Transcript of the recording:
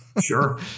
Sure